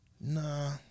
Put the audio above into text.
Nah